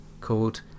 called